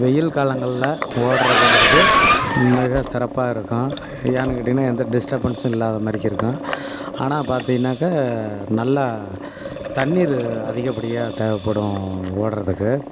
வெயில் காலங்களில் ஓட்டுறதுங்கறது மிக சிறப்பாக இருக்கும் ஏன்னு கேட்டிங்கன்னால் எந்த டிஸ்டபன்ஸும் இல்லாத மாதிரிக்கி இருக்கும் ஆனால் பார்த்திங்கனாக்கா நல்லா தண்ணீர் அதிகப்படியாக தேவைப்படும் ஓட்டுறதுக்கு